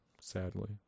Sadly